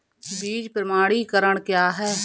बीज प्रमाणीकरण क्या है?